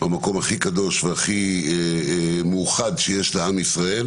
במקום הכי קדוש והכי מאוחד שיש לעם ישראל,